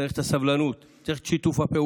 צריך את הסבלנות וצריך את שיתוף הפעולה,